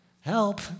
help